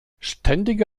ständige